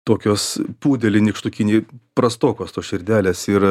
tokios pudeliai nykštukiniai prastokos tos širdelės ir